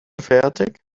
fertig